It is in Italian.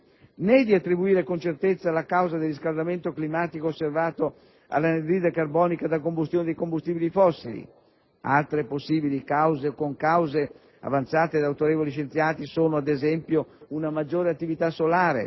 né di attribuire con certezza la causa del riscaldamento climatico osservato all'anidride carbonica da combustione dei combustibili fossili (altre possibili cause o concause avanzate da autorevoli scienziati sono, ad esempio, una maggiore attività solare,